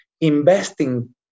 investing